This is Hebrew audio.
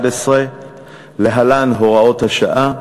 התשע"א 2011 (להלן: הוראת השעה),